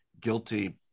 guilty